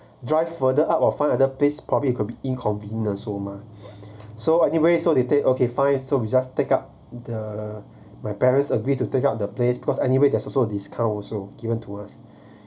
drive further up or find other place probably it could be inconvenient so mah so anyway so they take okay fine so we just take up the my parents agree to take out the place because anyway there's also discount also given to us